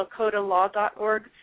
LakotaLaw.org